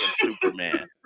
Superman